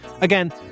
Again